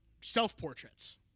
self-portraits